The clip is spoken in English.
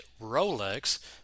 Rolex